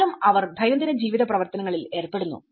എന്നാലും അവർ ദൈനംദിന ജീവിത പ്രവർത്തനങ്ങളിൽ ഏർപ്പെടുന്നു